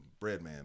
Breadman